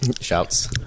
Shouts